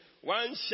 one